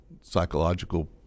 psychological